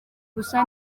gusa